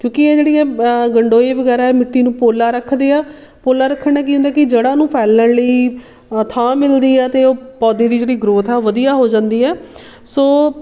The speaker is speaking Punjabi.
ਕਿਉਂਕਿ ਇਹ ਜਿਹੜੀ ਹੈ ਗੰਡੋਏ ਵਗੈਰਾ ਮਿੱਟੀ ਨੂੰ ਪੋਲਾ ਰੱਖਦੇ ਆ ਪੋਲਾ ਰੱਖਣ ਨਾਲ਼ ਕੀ ਹੁੰਦਾ ਕਿ ਜਿਹੜਾ ਉਹਨੂੰ ਫੈਲਣ ਲਈ ਥਾਂ ਮਿਲਦੀ ਆ ਅਤੇ ਉਹ ਪੌਦੇ ਦੀ ਜਿਹੜੀ ਗ੍ਰੋਥ ਹੈ ਉਹ ਵਧੀਆ ਹੋ ਜਾਂਦੀ ਹੈ ਸੋ